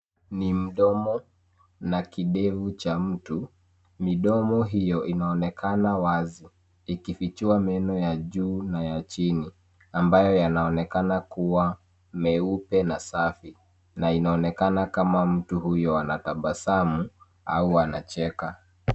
Ni mdomo na kidevu cha mtu. Midomo hiyo inaonekana wazi ikifichua meno ya juu na ya chini ambayo yanaonekana kuwa meupe na safi na inaonekana kama mtu huyo anatabasamu au anacheka.